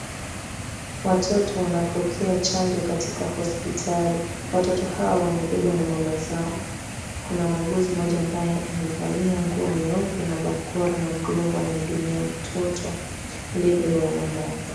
Watoto wanapokea chanjo katika hospitali. Watoto hawa wamebebwa na mama zao. Kuna muuguzi mmoja ambaye amevalia nguo nyeupe, na barakoa, na glavu, anamhudumia mtoto aliyebebwa na mama yake.